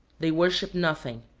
they worship nothing.